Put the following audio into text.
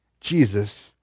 Jesus